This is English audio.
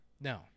no